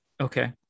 Okay